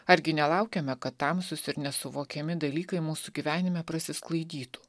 argi nelaukiame kad tamsūs ir nesuvokiami dalykai mūsų gyvenime prasisklaidytų